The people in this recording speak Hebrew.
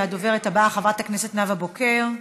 הדוברת הבאה, חברת הכנסת נאוה בוקר,